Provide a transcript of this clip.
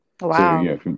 Wow